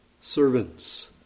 servants